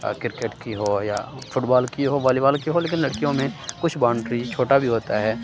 cricket کی ہو یا فٹ بال کی ہو والی بال کی ہو لیکن لڑکیوں میں کچھ باونڈری چھوٹا بھی ہوتا ہے